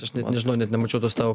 aš net nežinau net nemačiau tos tavo